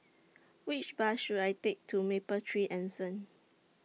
Which Bus should I Take to Mapletree Anson